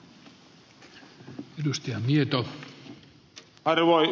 arvoisa puhemies